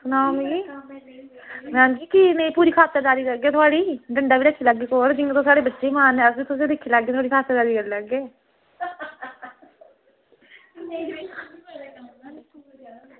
सनाओ मिगी मैडम जी कीऽ निं पूरी खातरदारी करगे थुआढ़ी डंडा रक्खी लैगे कोल जियां तुस साढ़े बच्चें गी मारने खात्तरदारी करी लैगे